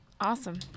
Awesome